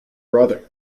brother